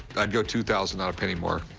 i'd go two thousand, not a penny more.